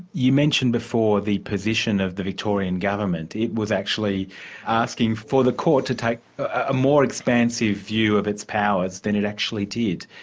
you mentioned before the position of the victorian government it was actually asking for the court to take a more expansive view of its powers than it actually did.